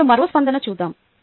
ఇప్పుడు మరో స్పందన చూద్దాం